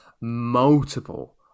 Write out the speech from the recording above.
multiple